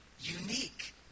unique